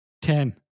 Ten